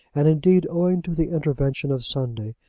and, indeed, owing to the intervention of sunday,